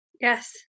yes